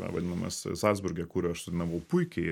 vadinamas zalcburge kur aš sudainavau puikiai